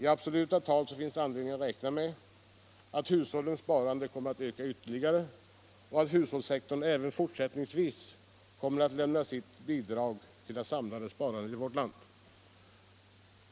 I absoluta tal finns det anledning att räkna med att hushållens sparande kommer att öka ytterligare och att hushållssektorn även fortsättningsvis kommer att lämna sitt bidrag till det samlade sparandet i vårt land.